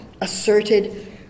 asserted